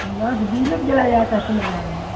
ना जी बिज़ली भी जलाई जाती है सिमरिया में